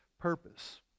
purpose